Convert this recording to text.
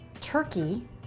turkey